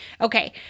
Okay